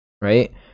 right